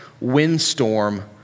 windstorm